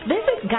Visit